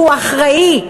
שהוא אחראי,